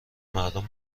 مردم